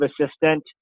assistant